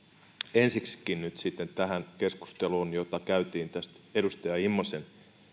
ensiksikin tähän keskusteluun jota käytiin tästä edustaja immosen